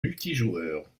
multijoueur